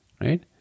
right